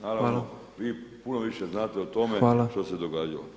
Naravno vi puno više znate o tome što se događalo.